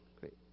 great